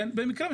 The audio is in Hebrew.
אבל במקרה,